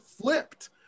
flipped